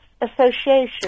Association